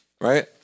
Right